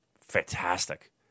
fantastic